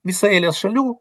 visa eilė šalių